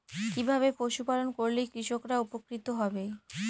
কিভাবে পশু পালন করলেই কৃষকরা উপকৃত হবে?